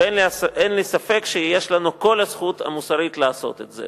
ואין לי ספק שיש לנו כל הזכות המוסרית לעשות את זה.